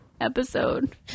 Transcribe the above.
episode